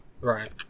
right